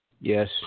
yes